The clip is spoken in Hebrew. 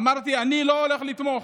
אמרתי: אני לא הולך לתמוך,